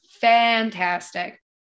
fantastic